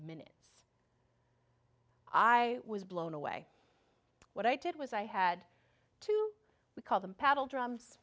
minutes i was blown away what i did was i had to call them paddle drums